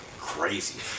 crazy